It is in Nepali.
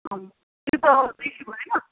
त्यो त बेसी भएन